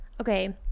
Okay